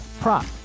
prop